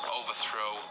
overthrow